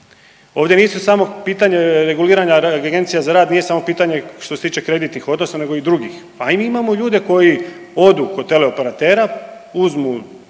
Ovdje nisu samo pitanje reguliranja agencija za rad nije samo pitanje što se tiče kreditnih odnosa nego i drugih, a i mi imamo ljude koji odu kod teleopratera, uzmu